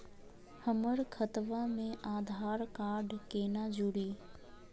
हमर खतवा मे आधार कार्ड केना जुड़ी?